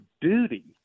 duty